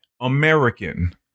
American